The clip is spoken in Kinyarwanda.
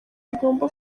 igomba